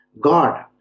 God